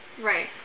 Right